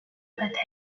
bataille